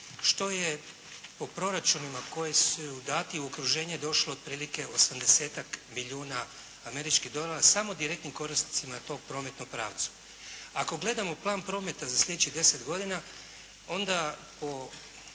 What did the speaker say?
što je po proračunima koji su dati u okruženje došlo otprilike 80-tak milijuna američkih dolara samo direktnim korisnicima tog prometnog pravca. Ako gledamo plan prometa za sljedećih 10 godina onda po